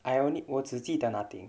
I only 我只记得 nothing